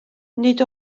nid